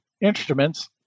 instruments